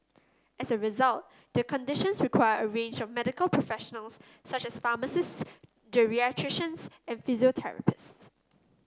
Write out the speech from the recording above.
as a result their conditions require a range of medical professionals such as pharmacists geriatricians and physiotherapists